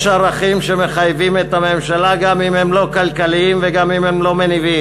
יש ערכים שמחייבים את הממשלה גם אם הם לא כלכליים וגם אם הם לא מניבים.